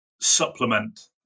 supplement